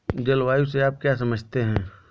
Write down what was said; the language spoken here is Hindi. जलवायु से आप क्या समझते हैं?